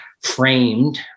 framed